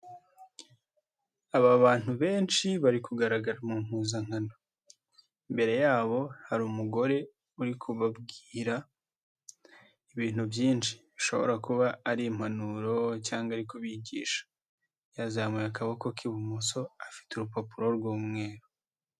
Aba bantu benshi bari kugaragara mu mpuzankano, imbere yabo hari umugore uri kubabwira ibintu byinshi, bishobora kuba ari impanuro cyangwa ari kubigisha, yazamuye akaboko k'ibumoso afite urupapuro rw'umweru.